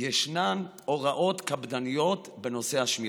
ישנן הוראות קפדניות בנושא השמירה,